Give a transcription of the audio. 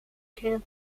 camp